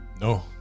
no